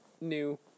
new